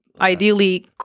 ideally